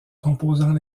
composant